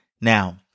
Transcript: Now